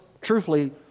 truthfully